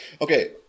Okay